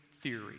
theory